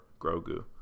Grogu